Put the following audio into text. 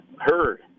heard